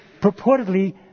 purportedly